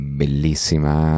bellissima